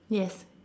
yes